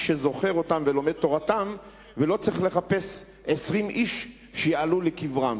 שזוכר אותם ולומד תורתם ולא צריך לחפש 20 איש שיעלו לקברם.